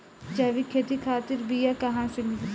जैविक खेती खातिर बीया कहाँसे मिली?